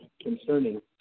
concerning